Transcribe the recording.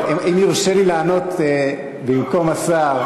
אם יורשה לי לענות במקום השר,